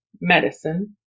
medicine